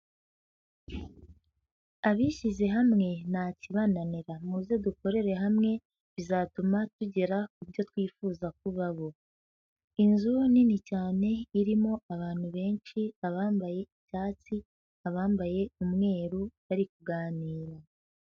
Abishyize hamwe, ntakibananira. Muze dukorere hamwe, bizatuma tugera ku byo twifuza kuba bo. Inzu nini cyane, irimo abantu benshi, abambaye icyatsi, abambaye umweru, bari kuganira.